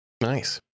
Nice